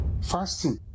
Fasting